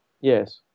Yes